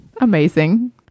Amazing